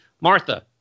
Martha